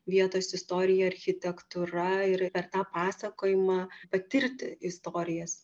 vietos istorija architektūra ir per tą pasakojimą patirti istorijas